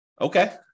Okay